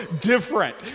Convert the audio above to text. different